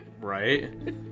Right